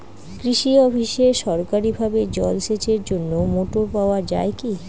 কৃষি অফিসে সরকারিভাবে জল সেচের জন্য মোটর পাওয়া যায় কি?